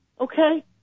okay